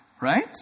Right